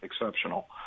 exceptional